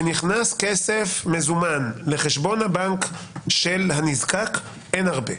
שנכנס כסף מזומן לחשבון הבנק של הנזקק אין הרבה.